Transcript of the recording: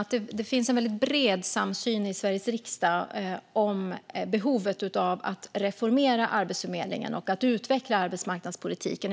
att det finns en väldigt bred samsyn i Sveriges riksdag om behovet av att reformera Arbetsförmedlingen och att utveckla arbetsmarknadspolitiken.